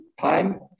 time